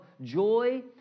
joy